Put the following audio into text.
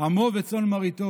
עמו וצאן מרעיתו.